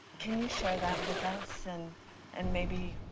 can you share that with us? and and maybe,